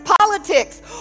politics